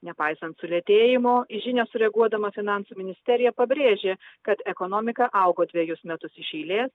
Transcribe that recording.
nepaisant sulėtėjimo į žinią sureaguodama finansų ministerija pabrėžė kad ekonomika augo dvejus metus iš eilės